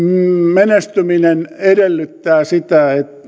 menestyminen edellyttää sitä että